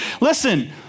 Listen